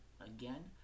again